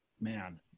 man